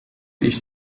ich